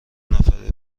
نفره